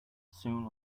soon